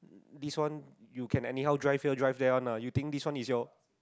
this one you can anyhow drive here drive there [one] ah you think this one is your